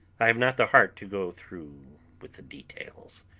i have not the heart to go through with the details.